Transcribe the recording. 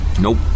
Nope